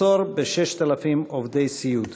מחסור ב-6,000 עובדי סיעוד.